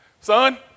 Son